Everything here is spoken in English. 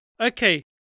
Okay